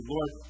Lord